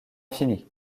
fini